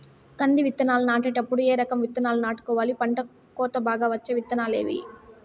కంది విత్తనాలు నాటేటప్పుడు ఏ రకం విత్తనాలు నాటుకోవాలి, పంట కోత బాగా వచ్చే విత్తనాలు ఏవీ?